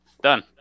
Done